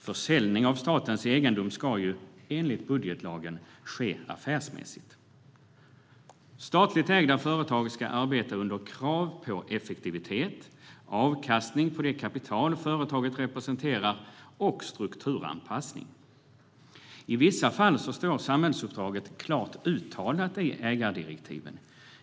Försäljning av statens egendom ska, enligt budgetlagen, ske affärsmässigt. Statligt ägda företag ska arbeta under krav på effektivitet, avkastning på det kapital företaget representerar och strukturanpassning. I vissa fall står samhällsuppdraget klart uttalat i ägardirektiven.